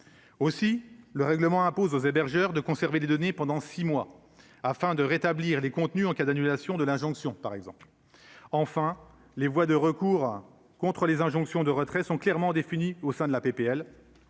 aussi le règlement impose aux hébergeurs de conserver des données pendant six mois afin de rétablir les contenus en cas d'annulation de l'injonction, par exemple, enfin les voies de recours contre les injonctions de retrait sont clairement définies au sein de la PPL,